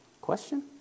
Question